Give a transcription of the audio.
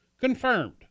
confirmed